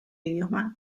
idioma